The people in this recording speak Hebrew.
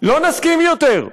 לא נסכים יותר,